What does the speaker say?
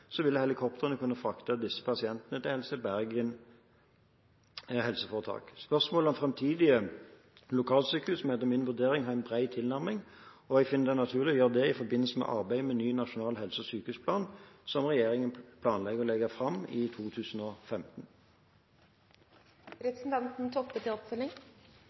ville helikoptrene kunne frakte disse pasientene til Helse Bergen HF. Spørsmål om framtidens lokalsykehus må etter min vurdering ha en bred tilnærming. og jeg finner det naturlig å gjøre det i forbindelse med arbeidet med ny nasjonal helse- og sykehusplan, som regjeringen planlegger å legge fram i